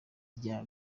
rya